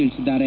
ತಿಳಿಸಿದ್ದಾರೆ